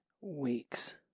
weeks